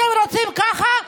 אתם רוצים ככה?